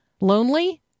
lonely